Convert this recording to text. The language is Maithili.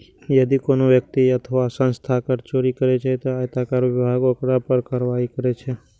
यदि कोनो व्यक्ति अथवा संस्था कर चोरी करै छै, ते आयकर विभाग ओकरा पर कार्रवाई करै छै